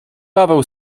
paweł